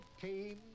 came